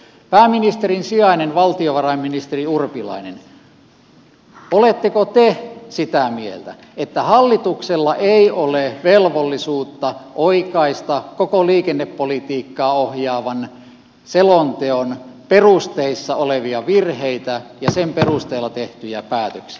pääministerin sijainen valtiovarainministeri urpilainen oletteko te sitä mieltä että hallituksella ei ole velvollisuutta oikaista koko liikennepolitiikkaa ohjaavan selonteon perusteissa olevia virheitä ja sen perusteella tehtyjä päätöksiä